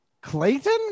Clayton